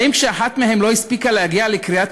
האם כשאחת מהן לא הספיקה להגיע לקריאת